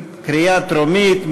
קריאה טרומית.